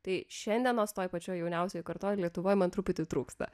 tai šiandienos toj pačioj jauniausioj kartoj lietuvoj man truputį trūksta